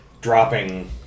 dropping